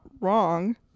wrong